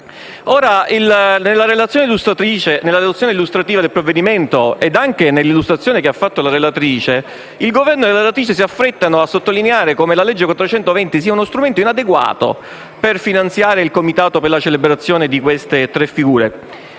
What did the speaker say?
Nella relazione illustrativa del provvedimento in esame, così come nell'illustrazione che ha fatto la relatrice, il Governo e la stessa relatrice si affrettano a sottolineare come la legge n. 420 sia uno strumento inadeguato a finanziare il comitato per la celebrazione delle tre figure